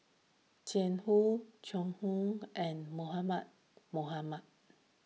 Jiang Hu Joan Hon and Mohamed Mohamed